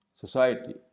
society